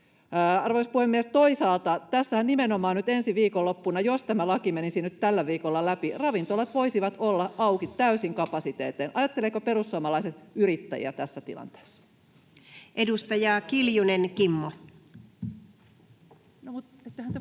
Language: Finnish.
Arvoisa puhemies! Toisaalta tässähän nimenomaan ensi viikonloppuna, jos tämä laki menisi nyt tällä viikolla läpi, ravintolat voisivat olla auki täysin kapasiteetein. Ajattelevatko perussuomalaiset yrittäjiä tässä tilanteessa? [Speech 37]